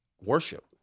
worship